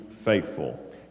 faithful